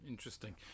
Interesting